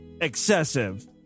excessive